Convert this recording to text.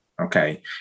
Okay